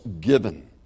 given